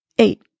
Eight